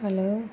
hello